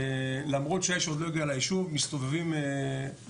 שלמרות שהאש עוד לא הגיעה לישוב מסתובבים רכבים